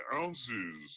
ounces